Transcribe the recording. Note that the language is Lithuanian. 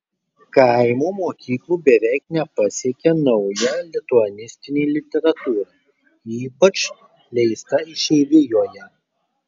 kaimo mokyklų beveik nepasiekia nauja lituanistinė literatūra ypač leista išeivijoje